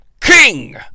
King